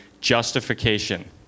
justification